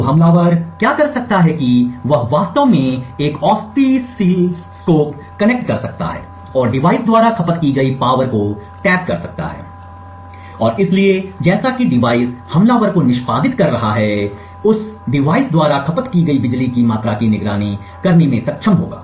तो हमलावर क्या कर सकता है कि वह वास्तव में एक आस्टसीलस्कप कनेक्ट कर सकता है और डिवाइस द्वारा खपत की गई पावर को टैप कर सकता है और इसलिए जैसा कि डिवाइस हमलावर को निष्पादित कर रहा है उस डिवाइस द्वारा खपत की गई बिजली की मात्रा की निगरानी करने में सक्षम होगा